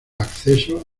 acceso